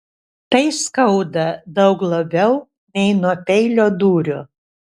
tai skauda daug labiau nei nuo peilio dūrio